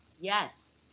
Yes